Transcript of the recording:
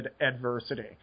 adversity